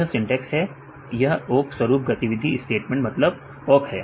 यह सिंटेक्स है या यह ओक स्वरूप गतिविधि स्टेटमेंट मतलब ओक है